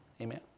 Amen